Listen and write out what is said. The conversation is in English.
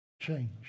Change